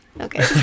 Okay